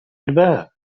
الباب